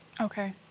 Okay